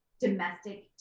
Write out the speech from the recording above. domestic